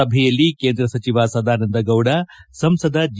ಸಭೆಯಲ್ಲಿ ಕೇಂದ್ರ ಸಚಿವ ಸದಾನಂದಗೌಡ ಸಂಸದ ಜಿ